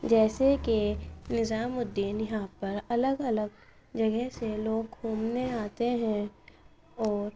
جیسے کہ نظام الدین یہاں پر الگ الگ جگہ سے لوگ گھومنے آتے ہیں اور